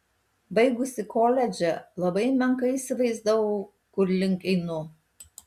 baigusi koledžą labai menkai įsivaizdavau kur link einu